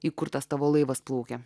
įkurtas tavo laivas plaukia